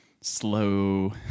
slow